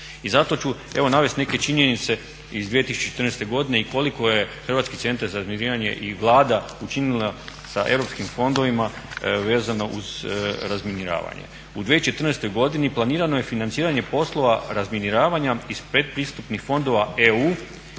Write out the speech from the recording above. I zato ću, evo navesti neke činjenice iz 2014. i koliko je HCZR i Vlada učinili sa europskim fondovima vezano uz razminiravanje. U 2014. godini planirano je financiranje poslova razminiravanja iz predpristupnih fondova EU